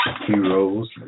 heroes